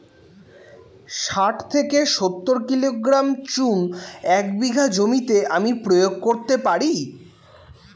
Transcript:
শাঠ থেকে সত্তর কিলোগ্রাম চুন এক বিঘা জমিতে আমি প্রয়োগ করতে পারি?